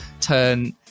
turn